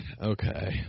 Okay